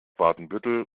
watenbüttel